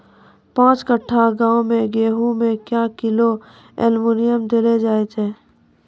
पाँच कट्ठा गांव मे गेहूँ मे क्या किलो एल्मुनियम देले जाय तो?